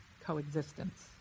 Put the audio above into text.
coexistence